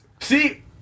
See